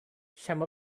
some